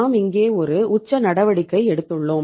நாம் இங்கே ஒரு உச்ச நடவடிக்கை எடுத்துள்ளோம்